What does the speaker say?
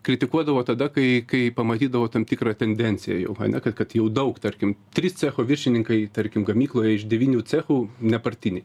kritikuodavo tada kai kai pamatydavo tam tikrą tendenciją jau ane kad kad jau daug tarkim trys cecho viršininkai tarkim gamykloje iš devynių cechų nepartiniai